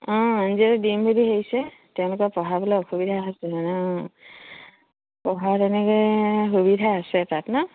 অঁ এন জি অ'তে দিম বুলি ভাবিছে তেওঁলোকে পঢ়াবলৈ অসুবিধা হৈছে সেইকাৰণে পঢ়া তেনেকৈ সুবিধা আছে তাত ন